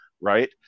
Right